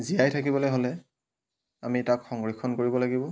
জীয়াই থাকিবলে হ'লে আমি তাক সংৰক্ষণ কৰিব লাগিব